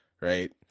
right